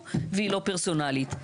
והיא לא פרסונלית.